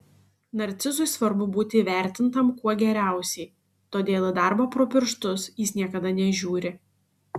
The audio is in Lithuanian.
narcizui svarbu būti įvertintam kuo geriausiai todėl į darbą pro pirštus jis niekada nežiūri